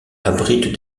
abritent